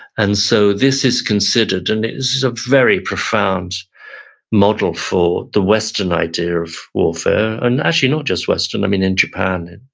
and so, this is considered and it is a very profound model for the western idea of warfare. and actually not just western. um in in japan, and